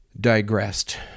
digressed